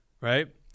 right